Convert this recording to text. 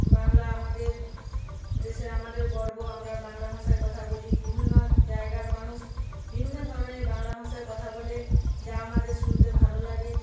বাংলা আমাদের দেশে আমাদের গর্ব আমরা বাংলা ভাষায় কথা বলি বিভিন্ন জায়গার মানুষ বিভিন্ন ধরনের বাংলা ভাষায় কথা বলে যা আমাদের শুনতে ভালো লাগে